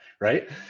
right